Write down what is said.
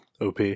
OP